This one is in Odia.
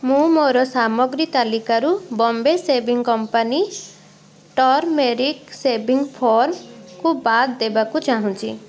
ମୁଁ ମୋର ସାମଗ୍ରୀ ତାଲିକାରୁ Bombay shaving company turmeric shaving ଫୋମ୍କୁ ବାଦ୍ ଦେବାକୁ ଚାହୁଁଛି